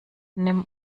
nimm